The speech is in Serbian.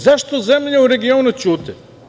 Zašto zemlje u regionu ćute?